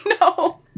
No